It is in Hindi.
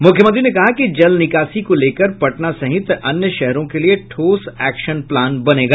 मुख्यमंत्री ने कहा कि जल निकासी को लेकर पटना सहित अन्य शहरों के लिए ठोस एक्शन प्लान बनेगा